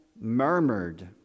murmured